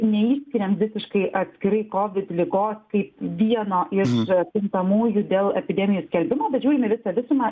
neišskiriam visiškai atskirai kovid ligos kaip vieno iš kintamųjų dėl epidemijų skelbimo bet žiūrim į visą visumą